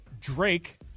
Drake